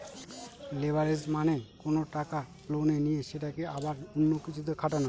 leverage মানে কোনো টাকা লোনে নিয়ে সেটাকে আবার অন্য কিছুতে খাটানো